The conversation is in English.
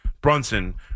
Brunson